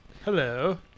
Hello